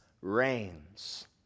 reigns